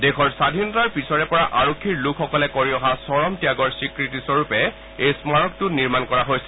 দেশৰ স্বাধীনতাৰ পিছৰে পৰা আৰক্ষীৰ লোকসকলে কৰি অহা চৰম ত্যাগৰ স্বীকৃতিস্বৰূপে এই স্মাৰকটো নিৰ্মাণ কৰা হৈছে